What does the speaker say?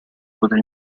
poter